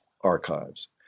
archives